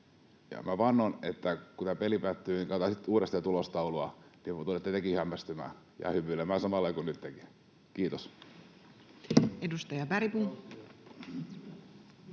ja vannon, että kun tämä peli päättyy ja katsotaan sitten uudestaan tulostaulua, niin tulette tekin hämmästymään — ja hymyilemään samalla lailla kuin nyttenkin. — Kiitos.